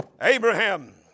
Abraham